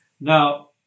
now